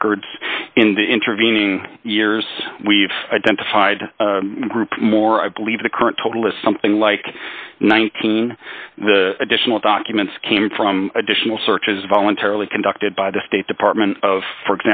records in the intervening years we've identified group more i believe the current total is something like nineteen the additional documents came from additional searches voluntarily conducted by the state department of for